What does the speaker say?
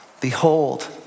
behold